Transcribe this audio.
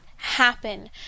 Happen